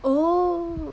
oh